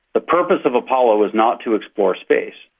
the purpose of apollo was not to explore space,